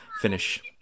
finish